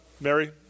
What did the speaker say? Mary